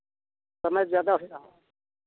समय ज़्यादा हो रहा है